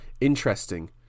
Interesting